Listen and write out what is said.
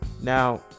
Now